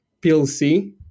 PLC